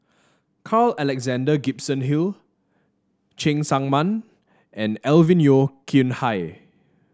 Carl Alexander Gibson Hill Cheng Tsang Man and Alvin Yeo Khirn Hai